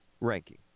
Ranking